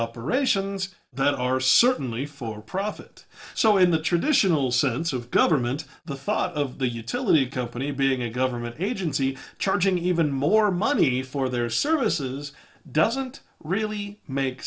operations that are certainly for profit so in the traditional sense of government the thought of the utility company being a government agency charging even more money for their services doesn't really make